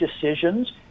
decisions